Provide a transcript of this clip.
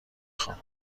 خوام